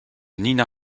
nina